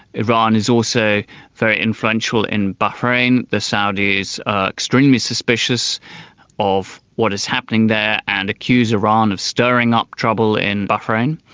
iran is also very influential in bahrain the saudis are extremely suspicious of what is happening there and accuse iran of stirring up trouble in bahrain.